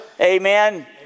Amen